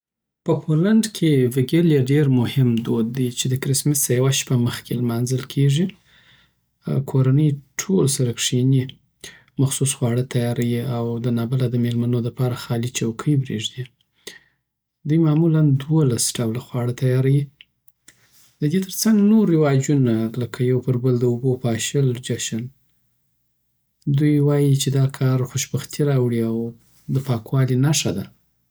په پولنډ کې وېګیلیا ډېر مهم دود دی، چی د کرسمس سه یوه شپه مخکې لمانځل کېږي. کورنۍ ټول سره کښېني، مخصوص خواړه تیاروي، او د نابلد میلمنو دپاره خالي چوکۍ پرېږدي دوی معمولاً دولس ډوله خواړه تیاروي ددی ترڅنګ نور رواجونه لکه یوپربل د اوبوپاشلو چشن دوی وایی چی دا کار خوشبختی راوړی او او دپاکوالی نښه ده